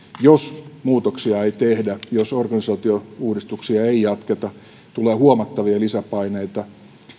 jos muutoksia ei tehdä jos organisaatiouudistuksia ei jatketa tulee huomattavia lisäpaineita